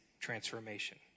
transformation